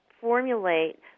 formulate